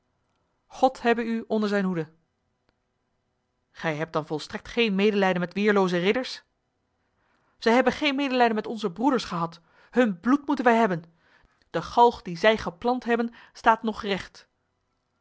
god hebbe u onder zijn hoede gij hebt dan volstrekt geen medelijden met weerloze ridders zij hebben geen medelijden met onze broeders gehad hun bloed moeten wij hebben de galg die zij geplant hebben staat nog recht